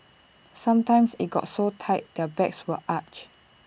sometimes IT got so tight their backs were arched